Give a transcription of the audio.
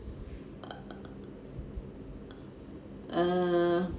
err err